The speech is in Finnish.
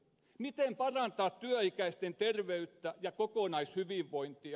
miten parantaa työikäisten terveyttä ja kokonaishyvinvointia